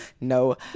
no